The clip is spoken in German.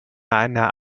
einer